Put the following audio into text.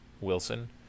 Wilson